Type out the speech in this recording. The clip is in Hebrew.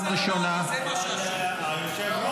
טלפון סלולרי, זה מה ששוק פה, לא שוק.